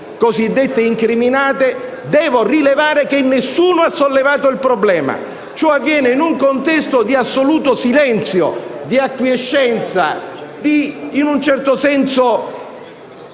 cosiddette incriminate. Devo rilevare che nessuno ha sollevato il problema. Ciò avviene in un contesto di assoluto silenzio, di acquiescenza e - in un certo senso